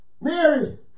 Mary